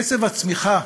קצב הצמיחה